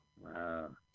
Wow